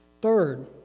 Third